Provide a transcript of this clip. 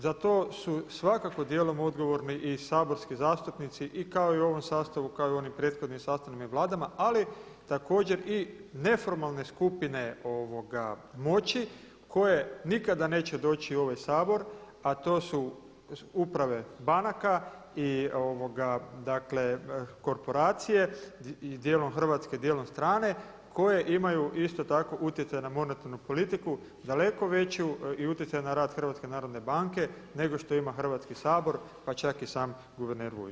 Za to su svakako djelom odgovorni i saborski zastupnici i kao i u ovom sastavu, kao i u onim prethodnim sastavima i vladama ali također i neformalne skupine moći koje nikada neće doći u ovaj Sabor a to su uprave banaka i korporacije djelom hrvatske, djelom strane koje imaju isto tako utjecaj na monetarnu politiku daleko veću i utjecaj na rad HNB-a nego što ima Hrvatski sabor pa čak i sam guverner Vujčić.